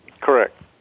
Correct